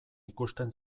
ikusten